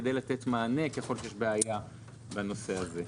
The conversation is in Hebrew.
כדי לתת מענה ככול שיש בעיה בנושא הזה.